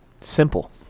simple